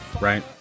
right